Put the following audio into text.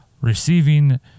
Receiving